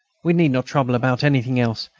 we need not trouble about anything else.